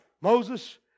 Moses